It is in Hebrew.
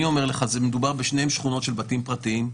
אני אומר לך: מדובר בשתי שכונות של בתים פרטיים.